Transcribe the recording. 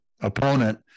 opponent